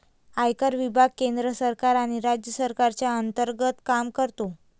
आयकर विभाग केंद्र सरकार आणि राज्य सरकारच्या अंतर्गत काम करतो